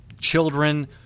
children